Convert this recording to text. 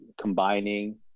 combining